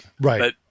Right